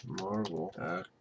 Marvel